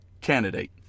candidate